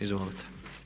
Izvolite.